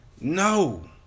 No